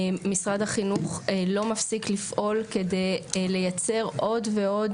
משרד החינוך לא מפסיק לפעול כדי לייצר עוד ועוד